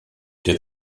der